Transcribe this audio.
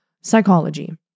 Psychology